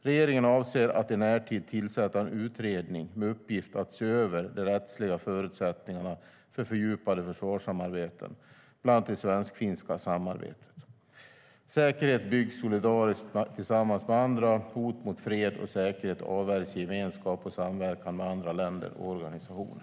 Regeringen avser att i närtid tillsätta en utredning med uppgift att se över de rättsliga förutsättningarna för fördjupade försvarssamarbeten, bland annat det svensk-finska samarbetet. Säkerhet byggs solidariskt tillsammans med andra. Hot mot fred och säkerhet avvärjs i gemenskap och samverkan med andra länder och organisationer.